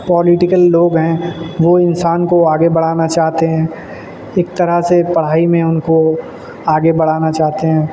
political لوگ ہیں وہ انسان کو آگے بڑھانا چاہتے ہیں ایک طرح سے پڑھائی میں ان کو آگے بڑھانا چاہتے ہیں